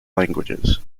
languages